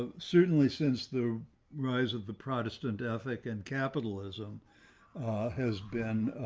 ah certainly since the rise of the protestant ethic and capitalism has been,